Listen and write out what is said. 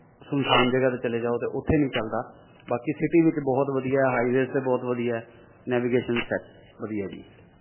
ਸੁੰਨਸਾਨ ਜਗ੍ਹਾ 'ਤੇ ਚਲੇ ਜਾਓ ਅਤੇ ਉੱਥੇ ਨਹੀਂ ਚਲਦਾ ਬਾਕੀ ਸਿਟੀ ਵਿੱਚ ਬਹੁਤ ਵਧੀਆ ਹਾਈਵੇਜ਼ 'ਤੇ ਬਹੁਤ ਵਧੀਆ ਨੈਵੀਗੇਸ਼ਨਸ ਹੈ ਵਧੀਆ ਜੀ